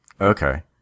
Okay